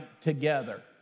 together